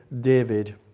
David